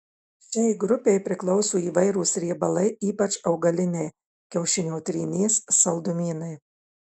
šiai grupei priklauso įvairūs riebalai ypač augaliniai kiaušinio trynys saldumynai